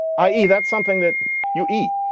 i eat? that's something that you eat.